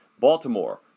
Baltimore